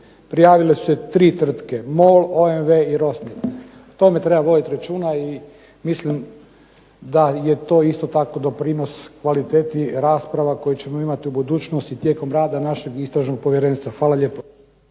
Prijavile su se tri tvrtke, MOL, OMV i ... O tome treba voditi računa i mislim da je to isto tako doprinos kvaliteti rasprava koje ćemo imati u budućnosti tijekom rada našeg istražnog povjerenstva. Hvala lijepo.